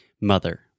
Mother